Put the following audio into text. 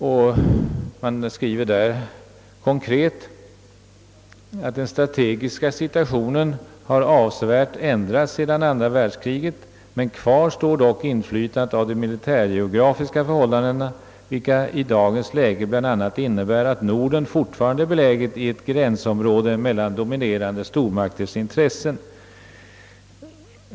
Det sägs klart ut att »den strategiska situationen avsevärt ändrats sedan andra världskriget men kvar står dock inflytandet av de militärgeografiska förhållandena vilka i dagens läge bl.a. innebär att Norden fortfarande är beläget i eit gränsområde mellan dominerande stormaktsintressen.